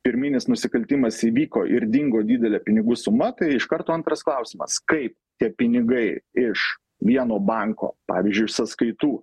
pirminis nusikaltimas įvyko ir dingo didelė pinigų suma tai iš karto antras klausimas kaip tie pinigai iš vieno banko pavyzdžiui sąskaitų